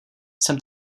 jsem